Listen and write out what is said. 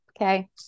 okay